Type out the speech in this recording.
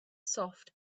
soft